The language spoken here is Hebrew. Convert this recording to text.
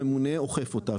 הממונה אוכף אותה,